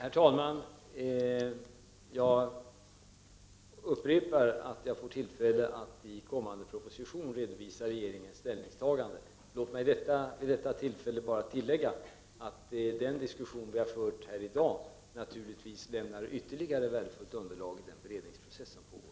Herr talman! Jag upprepar att jag får tillfälle att i kommande proposition redovisa regeringens ställningstagande. Låt mig vid detta tillfälle bara tilllägga att den diskussion vi har fört här i dag naturligtvis lämnar ytterligare värdefullt underlag i den beredningsprocess som pågår.